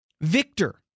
victor